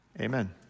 Amen